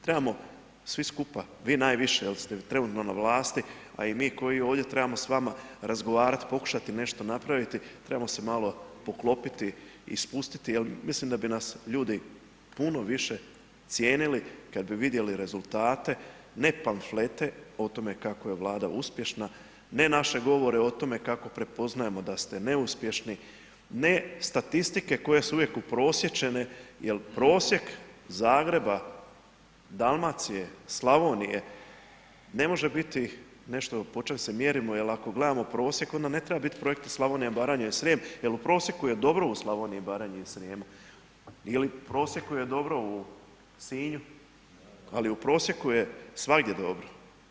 Trebamo svi skupa, vi najviše jer ste trenutno na vlasti a i mi koji ovdje trebamo s vama razgovarati, pokušati nešto napraviti, trebamo se malo poklopiti i spustiti jer mislim da bi nas ljudi puno više cijenili kada bi vidjeli rezultate, ne pamflete o tome kako je Vlada uspješna, ne naše govore o tome kako prepoznajemo da ste neuspješni, ne statistike koje su uvijek uprosječene jer prosjek Zagreba, Dalmacije, Slavonije ne može biti nešto po čemu se mjerimo jer ako gledamo prosjek, onda ne treba biti Projekta Slavonija, Baranja i Srijem jer u prosjeku je dobro u Slavoniji, Baranji i Srijemu ili u prosjeku je dobru u Sinju, ali u prosjeku je svagdje dobro.